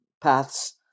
paths